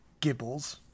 Gibbles